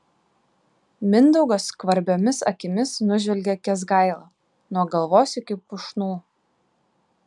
mindaugas skvarbiomis akimis nužvelgia kęsgailą nuo galvos iki pušnų